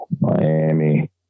Miami